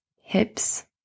hips